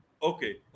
Okay